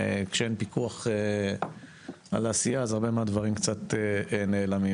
כשאין פיקוח על העשייה אז הרבה מהדברים קצת נעלמים.